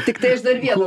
tiktai aš dar vieną